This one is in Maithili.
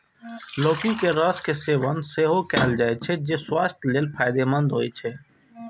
लौकी के रस के सेवन सेहो कैल जाइ छै, जे स्वास्थ्य लेल फायदेमंद होइ छै